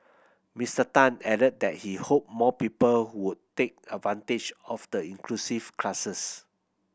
Mister Tan added that he hoped more people would take advantage of the inclusive classes